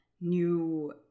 new